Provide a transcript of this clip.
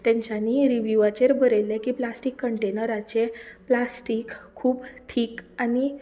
तेंच्यांनी रिव्हयुआचेर बरयल्लें की प्लास्टीक कंटेनराचें प्लास्टीक खूब थीक आनी